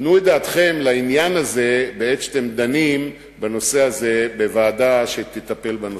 תנו את דעתכם לעניין הזה בעת שאתם דנים בנושא הזה בוועדה שתטפל בנושא.